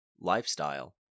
lifestyle